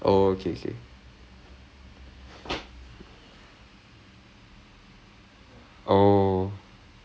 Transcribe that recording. and anything then I'll have to do record then send it back to him then he'll like analyze and everything and all that kind of stuff ya